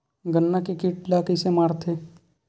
गन्ना के कीट ला कइसे मारथे?